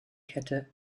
kette